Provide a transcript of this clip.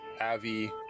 Avi